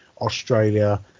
Australia